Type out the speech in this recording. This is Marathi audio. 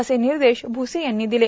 असे निर्देश भुसे यांनी दिले